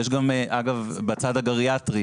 גם בצד הגריאטרי,